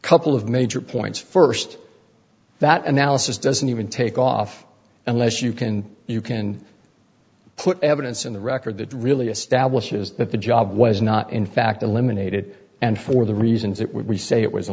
couple of major points first that analysis doesn't even take off unless you can you can put evidence in the record that really establishes that the job was not in fact eliminated and for the reasons that we say it was